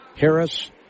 Harris